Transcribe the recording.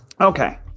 okay